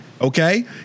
Okay